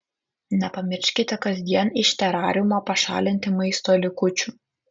nepamirškite kasdien iš terariumo pašalinti maisto likučių